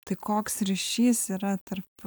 tai koks ryšys yra tarp